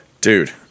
dude